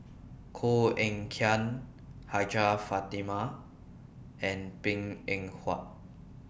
Koh Eng Kian Hajjah Fatimah and Png Eng Huat